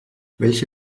welche